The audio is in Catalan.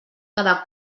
cada